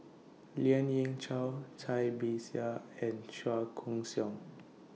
Lien Ying Chow Cai Bixia and Chua Koon Siong